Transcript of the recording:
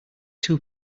two